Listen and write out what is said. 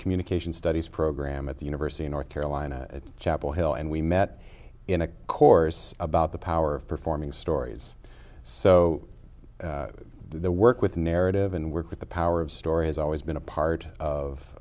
communication studies program at the university of north carolina at chapel hill and we met in a course about the power of performing stories so the work with narrative and work with the power of story has always been a part of